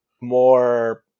more